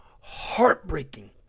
heartbreaking